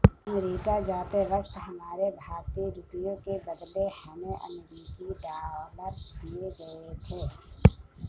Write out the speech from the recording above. America जाते वक्त हमारे भारतीय रुपयों के बदले हमें अमरीकी डॉलर दिए गए थे